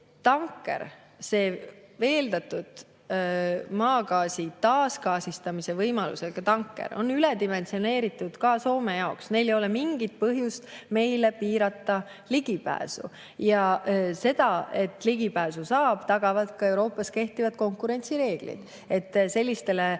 tanker, see veeldatud maagaasi taasgaasistamise võimalusega tanker on üledimensioneeritud ka Soome jaoks. Neil ei ole mingit põhjust piirata meie ligipääsu. Ja ligipääsu tagavad ka Euroopas kehtivad konkurentsireeglid, kuna sellisele